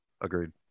Agreed